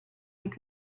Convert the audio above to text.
could